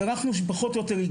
הערכנו פחות או יותר,